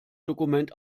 dokument